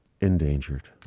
endangered